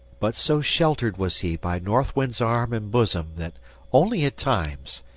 but so sheltered was he by north wind's arm and bosom that only at times,